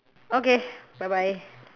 okay bye bye